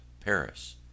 paris